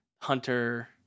Hunter